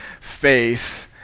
faith